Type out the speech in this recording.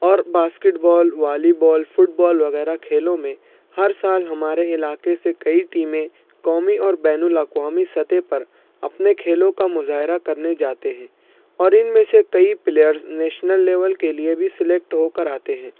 اور basketball volleyball football وغیرہ کھیلوں میں ہر سال ہمارے علاقے سے کئی ٹیمیں قومی اور بین الاقوامی سطح پر اپنے کھیلوں کا مظاہرہ کرنے جاتے ہیں اور ان میں سے کئی پلیئرز نیشنل لیول کے لیے بھی سلیکٹ ہو کر آتے ہیں